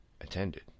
attended